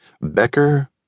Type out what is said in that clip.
Becker